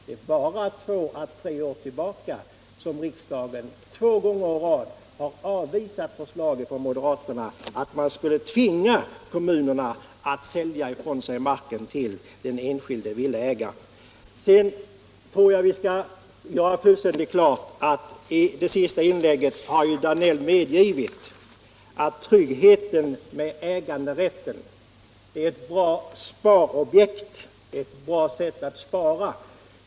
Det är bara två eller tre år sedan riksdagen två år i rad avvisade förslag från moderaterna om att man skulle tvinga kommunerna att sälja marken till den enskilde villaägaren. Sedan skall vi göra fullständigt klart för oss att herr Danell i sitt senaste inlägg har medgett att den trygghet som är förenad med äganderätt är att man har ett bra sparobjekt.